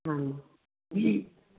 ਹਾਂ